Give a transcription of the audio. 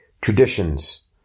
Traditions